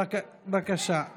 בבקשה.